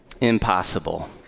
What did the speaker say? impossible